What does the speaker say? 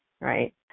right